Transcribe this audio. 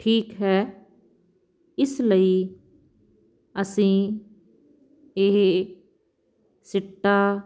ਠੀਕ ਹੈ ਇਸ ਲਈ ਅਸੀਂ ਇਹ ਸਿੱਟਾ